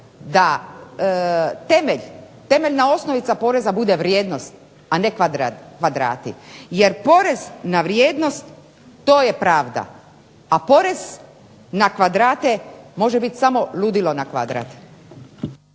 da temeljna osnovica poreza bude vrijednost, a ne kvadrati. Jer porez na vrijednost to je pravda, a porez na kvadrate može biti ludilo na kvadrat.